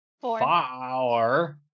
four